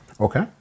Okay